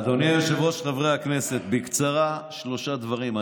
אדוני היושב-ראש, חברי הכנסת, בקצרה, שלושה דברים.